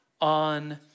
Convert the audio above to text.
on